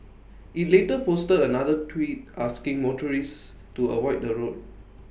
IT later posted another tweet asking motorists to avoid the road